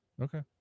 Okay